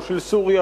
לא של סוריה,